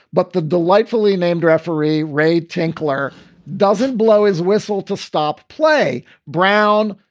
but the delightfully named referee ray tinkler doesn't blow his whistle to stop play brown.